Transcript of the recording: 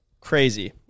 crazy